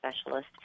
specialist